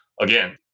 again